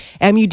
MUD